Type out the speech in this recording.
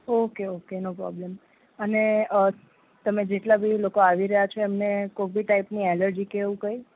okay okay no problem અને તમે જેટલા બી લોકો આવી રહ્યા છો એમને કોઈક બી ટાઈપની એલર્જી કે એવું કંઈ